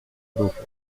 rufo